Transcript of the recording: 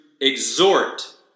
exhort